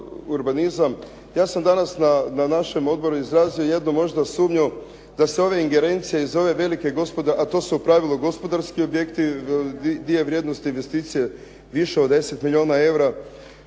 ja sam danas na našem odboru izrazio jednu možda sumnju da se ove ingerencije iz ove velike a to su u pravilu gospodarski objekti, dio vrijednosti investicije više ode 10 milijuna eura